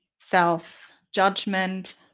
self-judgment